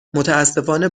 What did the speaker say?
متاسفانه